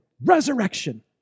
Resurrection